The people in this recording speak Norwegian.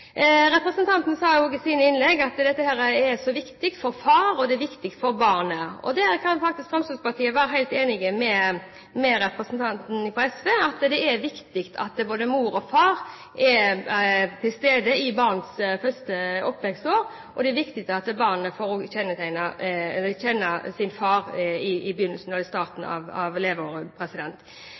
Representanten sa også i sine innlegg at dette er viktig for far, og det er viktig for barnet. Fremskrittspartiet kan faktisk være helt enig med representanten fra SV i at det er viktig at både mor og far er til stede i barnets første oppvekstår, og det er viktig at barnet får kjenne sin far fra starten av, i